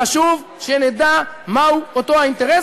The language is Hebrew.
חשוב שנדע מהו אותו האינטרס,